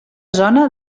zona